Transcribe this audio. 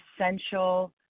essential